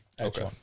Okay